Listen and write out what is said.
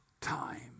time